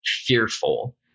fearful